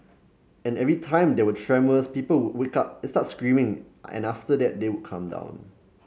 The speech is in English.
and every time there were tremors people would wake up and start screaming and after that they would calm down